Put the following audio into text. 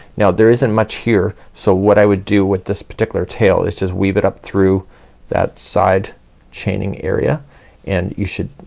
now there isn't much here so what i would do with this particular tail is just weave it up through that side chaining area and you should,